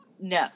No